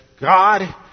God